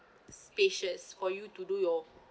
spacious for you to do your